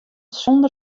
sûnder